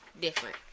different